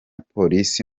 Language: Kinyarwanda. polisi